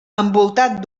envoltat